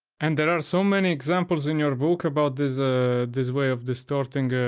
and there are so many examples in your book about this this way of distorting